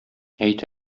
әйт